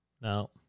no